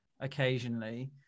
occasionally